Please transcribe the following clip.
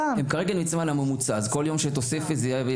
אז כל יום שתוסיפי זה יהיה יותר מאשר בעולם,